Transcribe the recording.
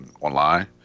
online